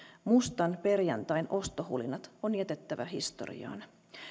mustan perjantain ostohulinat on jätettävä historiaan